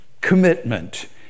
commitment